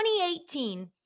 2018